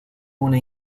una